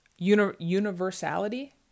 universality